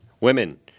Women